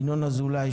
ינון אזולאי,